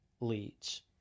leads